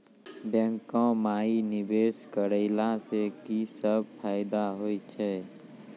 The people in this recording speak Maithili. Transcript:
बैंको माई निवेश कराला से की सब फ़ायदा हो छै?